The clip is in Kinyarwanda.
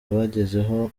bagezeho